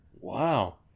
Wow